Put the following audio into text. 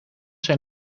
zijn